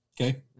Okay